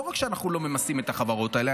לא רק שאנחנו לא ממסים את החברות האלה,